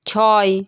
ছয়